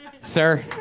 sir